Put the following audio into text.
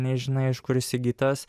nežinia iš kur įsigytas